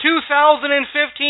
2015